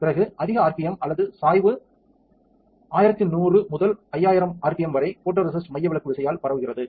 பிறகு அதிக R P M அல்லது சாய்வு 1100 முதல் 5000 ஆர்பிஎம் வரை போட்டோரேசிஸ்ட் மையவிலக்கு விசையால் பரவுகிறது